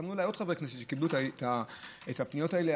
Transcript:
פנו אליי עוד חברי כנסת שקיבלו את הפניות האלה.